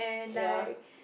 ya